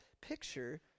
picture